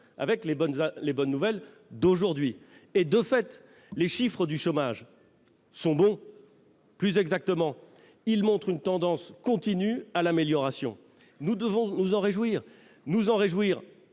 avec les bonnes nouvelles d'aujourd'hui. De fait, les chiffres du chômage sont bons. Plus exactement, ils montrent une tendance continue à l'amélioration. Nous devons nous en réjouir, pour ceux qui